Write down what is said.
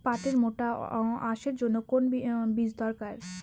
পাটের মোটা আঁশের জন্য কোন বীজ দরকার?